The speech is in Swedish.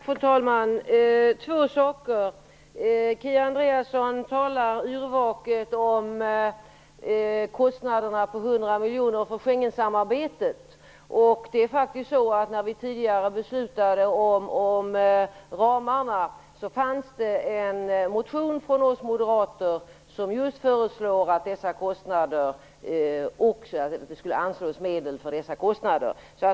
Fru talman! Två saker. Kia Andreasson talar yrvaket om kostnaderna på 100 miljoner för Schengensamarbetet. När vi tidigare beslutade om ramarna fanns det en motion från oss moderater som just föreslår att det skulle anslås medel för dessa kostnader.